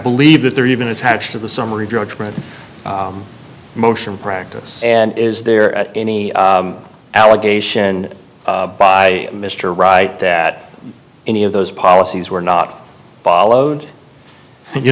believe that they're even attached to the summary judgment motion practice and is there any allegation by mr wright that any of those policies were not